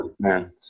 man